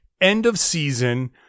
end-of-season